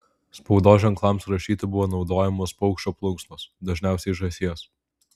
spaudos ženklams rašyti buvo naudojamos paukščio plunksnos dažniausiai žąsies